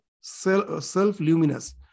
self-luminous